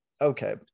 okay